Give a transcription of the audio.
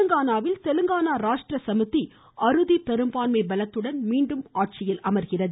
தெலுங்கானாவில் தெலுங்கானா ராஷ்ட்ர சமிதி அறுதி பெரும்பான்மை பலத்துடன் மீண்டும் ஆட்சியில் அமர்கிறது